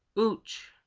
ooch!